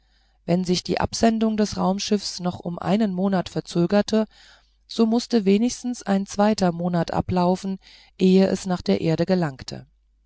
wenn sich die absendung des raumschiffs noch um einen monat verzögerte so mußte wenigstens ein zweiter monat ablaufen ehe es nach der erde gelangte